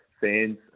fans